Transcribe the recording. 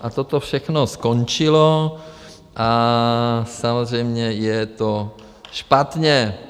A toto všechno skončilo a samozřejmě je to špatně.